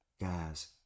Guys